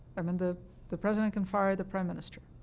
i mean the the president can fire the prime minister.